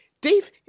Dave